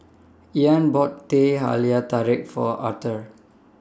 Ian bought Teh Halia Tarik For Arthor